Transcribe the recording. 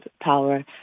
power